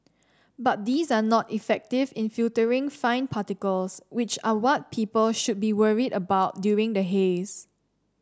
but these are not effective in filtering fine particles which are what people should be worried about during the haze